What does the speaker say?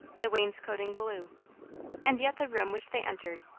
the wainscotting blue and yet the room which they entered,